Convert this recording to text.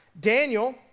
Daniel